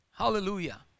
Hallelujah